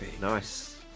nice